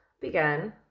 began